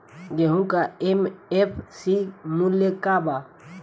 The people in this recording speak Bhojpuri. गेहू का एम.एफ.सी मूल्य का बा?